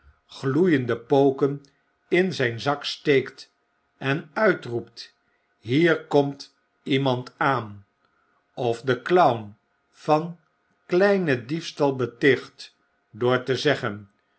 gloeiende poken in zp zak steekt en uitroept hier komt iemandaan of den clown van kleinen diefstal beticht door te zeggen